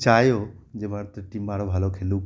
চায়ও যে মার টিম আরও ভালো খেলুক